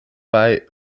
bei